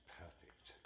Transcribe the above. perfect